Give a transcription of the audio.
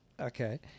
okay